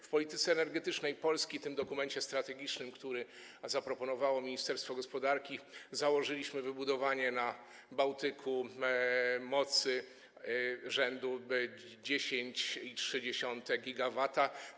W polityce energetycznej Polski, w tym dokumencie strategicznym, który zaproponowało Ministerstwo Gospodarki, założyliśmy wybudowanie na Bałtyku mocy rzędu 10,3 GW.